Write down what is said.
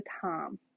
time